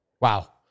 Wow